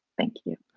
thank you